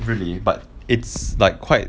really but it's like quite